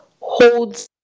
holds